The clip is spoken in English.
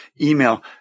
email